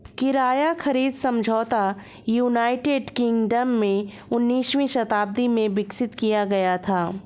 किराया खरीद समझौता यूनाइटेड किंगडम में उन्नीसवीं शताब्दी में विकसित किया गया था